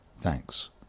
Thanks